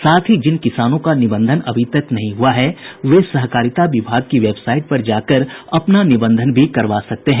साथ ही जिन किसानों का निबंधन अभी तक नहीं हुआ वे सहकारिता विभाग की वेबसाईट पर जाकर अपना निबंधन भी करा सकते हैं